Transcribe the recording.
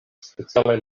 specialaj